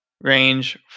range